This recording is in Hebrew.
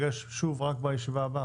אני מתכבד לפתוח את ישיבת ועדת הכלכלה.